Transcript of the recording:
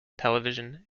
television